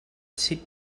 sit